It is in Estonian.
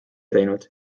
teinud